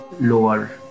lower